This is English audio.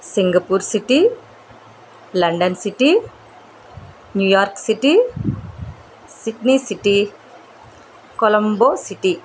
Singapore city London city New York City Sydney city Colombo city